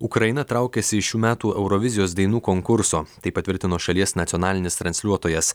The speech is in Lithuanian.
ukraina traukiasi iš šių metų eurovizijos dainų konkurso tai patvirtino šalies nacionalinis transliuotojas